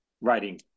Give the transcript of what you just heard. writing